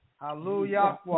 Hallelujah